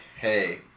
hey